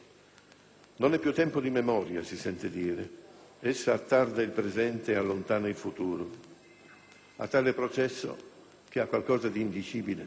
Non è più tempo di memoria, si sente dire. Essa attarda il presente e allontana il futuro. A tale processo, che ha qualcosa di indicibile,